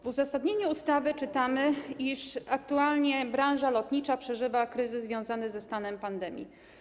W uzasadnieniu ustawy czytamy, iż aktualnie branża lotnicza przeżywa kryzys związany z pandemią.